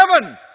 heaven